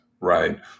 right